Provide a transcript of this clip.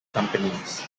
companies